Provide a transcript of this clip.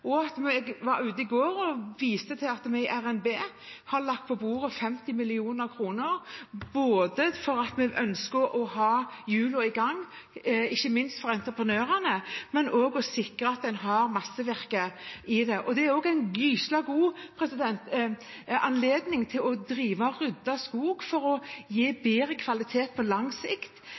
Jeg viste i går til at vi i revidert nasjonalbudsjett har lagt på bordet 50 mill. kr – både fordi vi ønsker å ha hjulene i gang, ikke minst for entreprenørene, og for å sikre at en har massevirke. Dette er også en gyselig god anledning til å drive og rydde skog for å gi bedre kvalitet på lang sikt